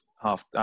half